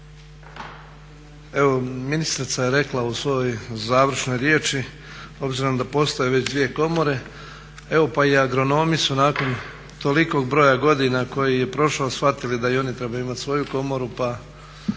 Evo ministrica je rekla u svojoj završnoj riječi obzirom da postoje već dvije komore evo pa i agronomi su nakon tolikog broja godina koji je prošao shvatili da i oni trebaju imati svoju komoru pa